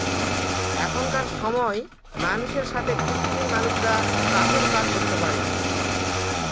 এখনকার সময় মানুষের সাথে কৃত্রিম মানুষরা চাষের কাজ করতে পারে